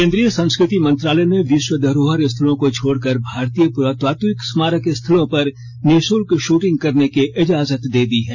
केन्द्रीय संस्कृति मंत्रालय ने विश्व धरोहर स्थलों को छोड़कर भारतीय पुरातात्विक स्मारक स्थलों पर निशुल्क शूटिंग करने की इजाजत दे दी है